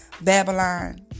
Babylon